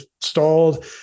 stalled